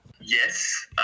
Yes